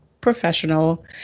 professional